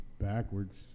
backwards